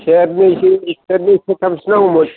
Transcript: सेरनैसो सेरथामसो नांगौमोन